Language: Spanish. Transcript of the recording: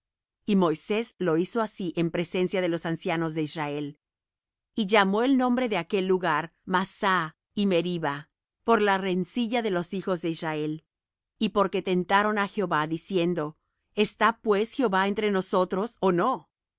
y moisés lo hizo así en presencia de los ancianos de israel y llamó el nombre de aquel lugar massah y meribah por la rencilla de los hijos de israel y porque tentaron á jehová diciendo está pues jehová entre nosotros ó no